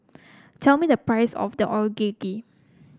tell me the price of the Onigiri